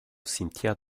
cimetière